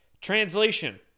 Translation